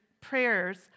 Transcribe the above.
prayers